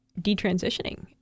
detransitioning